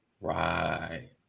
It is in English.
Right